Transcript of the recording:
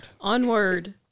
Onward